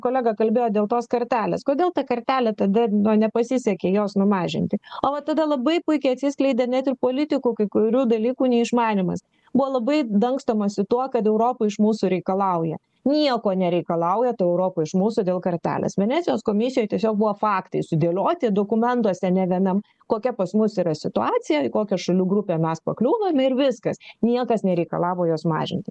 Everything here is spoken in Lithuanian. kolega kalbėjo dėl tos kartelės kodėl ta kartelė tada nepasisekė jos numažinti o va tada labai puikiai atsiskleidė net ir politikų kai kurių dalykų neišmanymas buvo labai dangstomasi tuo kad europa iš mūsų reikalauja nieko nereikalauja ta europa iš mūsų dėl kartelės venecijos komisijoj tiesiog buvo faktai sudėlioti dokumentuose ne vienam kokia pas mus yra situacija į kokią šalių grupę mes pakliūnam ir viskas niekas nereikalavo jos mažinti